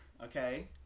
Okay